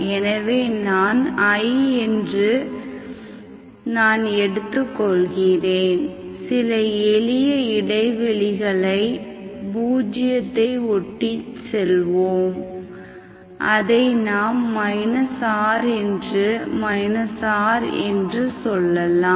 எனவே நான் I என்று நான் எடுத்துக் கொள்கிறேன் சில எளிய இடைவெளிகளை பூஜ்ஜியத்தை ஒட்டி சொல்வோம் அதை நாம் r rஎன்று சொல்லலாம்